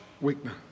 weakness